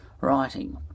writing